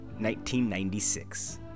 1996